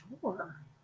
Sure